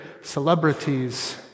celebrities